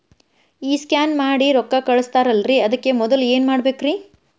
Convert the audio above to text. ಈ ಸ್ಕ್ಯಾನ್ ಮಾಡಿ ರೊಕ್ಕ ಕಳಸ್ತಾರಲ್ರಿ ಅದಕ್ಕೆ ಮೊದಲ ಏನ್ ಮಾಡ್ಬೇಕ್ರಿ?